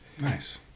Nice